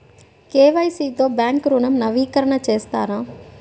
KYC తో bank ఋణం నవీకరణ చేస్తారా?